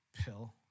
pill